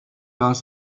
las